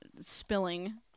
spilling